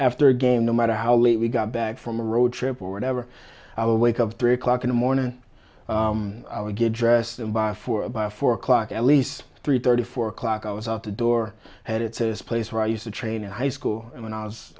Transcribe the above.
after a game no matter how late we got back from a road trip or whatever i would wake up three o'clock in the morning i would get dressed and by four by four o'clock at least three thirty four o'clock i was out the door had it's this place where i used to train at high school when i was